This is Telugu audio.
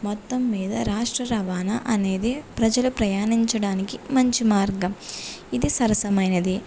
మొత్తం మీద రాష్ట్ర రవాణా అనేది ప్రజల ప్రయాణించడానికి మంచి మార్గం ఇది సరసమైనది